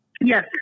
Yes